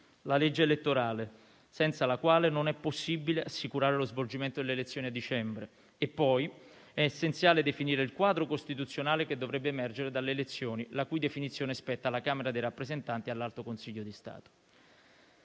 la legge elettorale, senza la quale non è possibile assicurare lo svolgimento delle elezioni a dicembre. È poi essenziale definire il quadro costituzionale che dovrebbe emergere dalle elezioni, la cui definizione spetta alla Camera dei rappresentanti e all'Alto Consiglio di Stato.